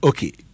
Okay